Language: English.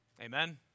Amen